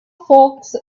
folks